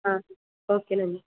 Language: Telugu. ఓకే అండి